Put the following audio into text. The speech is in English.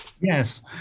Yes